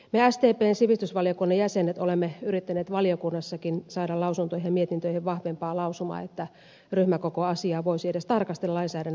me sdpn sivistysvaliokunnan jäsenet olemme yrittäneet valiokunnassakin saada lausuntoihin ja mietintöihin vahvempaa lausumaa että ryhmäkokoasiaa voisi edes tarkastella lainsäädännön kannalta